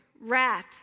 wrath